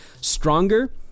stronger